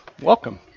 welcome